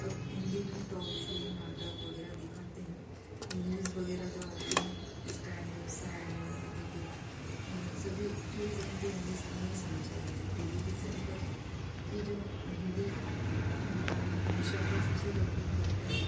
अब हिंदी में top show नाटक वगैरह दिखाते हैं न्यूज़ वगैरह जो आती हैं स्टार न्यूज़ सहारा न्यूज़ आती हैं जो सभी चौबीस घंटे हिंदी शाम में ही समाचार आते हैं टेलीविजन पर जो हिंदी भाषा का सब से ज़्यादा उपयोग करते हैं